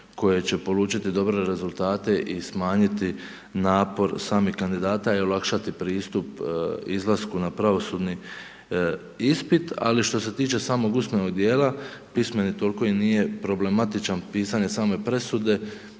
koje će polučiti dobre rezultate i smanjiti napor samih kandidata i olakšati pristup izlasku na pravosudni ispit, ali što se tiče samog usmenog dijela, pismeni toliko nije problematičan, pisanje same presude,